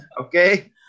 Okay